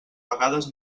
vegades